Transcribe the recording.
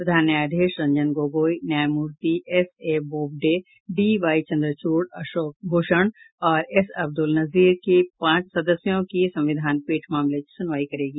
प्रधान न्यायाधीश रजंन गोगोई न्यायमूर्ति S A Bobde D Y Chandrachud Ashok Bhushan और एस अब्दुल नजीर की पांच सदस्यों की संविधान पीठ मामले की सुनवाई करेगी